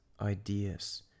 ideas